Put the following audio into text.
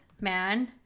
man